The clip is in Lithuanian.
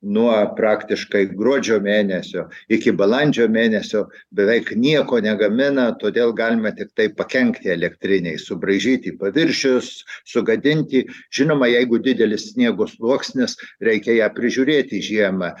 nuo praktiškai gruodžio mėnesio iki balandžio mėnesio beveik nieko negamina todėl galima tiktai pakenkti elektrinei subraižyti paviršius sugadinti žinoma jeigu didelis sniego sluoksnis reikia ją prižiūrėti žiemą